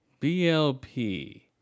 blp